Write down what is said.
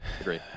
agree